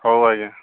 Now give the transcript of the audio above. ହଉ ଆଜ୍ଞା